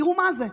תראו מה זה.